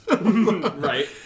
Right